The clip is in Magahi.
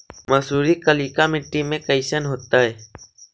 मसुरी कलिका मट्टी में कईसन होतै?